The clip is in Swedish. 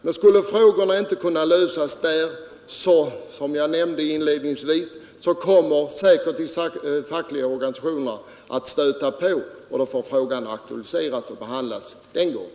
Och, som jag inledningsvis nämnde, om problemen inte kan lösas där kommer säkert de fackliga organisationerna att stöta på, och då får frågorna aktualiseras och behandlas den gången.